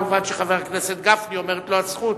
מובן שחבר הכנסת גפני עומדת לו הזכות.